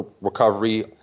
recovery